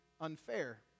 unfair